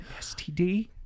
STD